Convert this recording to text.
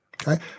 Okay